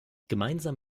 gemeinsam